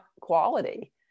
quality